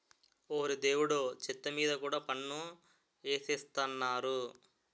ఓరి దేవుడో చెత్త మీద కూడా పన్ను ఎసేత్తన్నారు